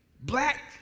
black